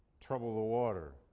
trouble the water